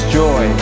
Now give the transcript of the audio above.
joy